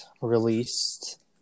released